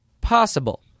possible